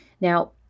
Now